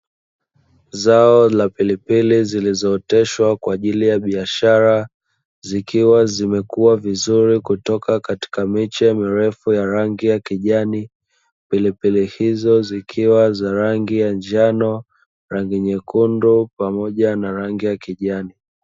Zao la pilipili zilizooteshwa kwa ajili ya biashara, zikiwa zimekua vizuri kutoka katika miche mirefu ya rangi ya kijani. Pilipili hizo zikiwa za rangi ya njano, rangi nyekundu pamoja na rangi ya kijani.